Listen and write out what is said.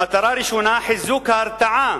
מטרה ראשונה, חיזוק ההרתעה